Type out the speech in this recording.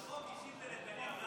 החוק אישית לנתניהו,